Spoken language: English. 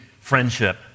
friendship